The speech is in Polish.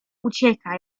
ucieka